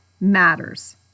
matters